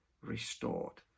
restored